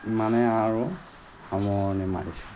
ইমানে আৰু সামৰণি মাৰিছোঁ